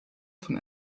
von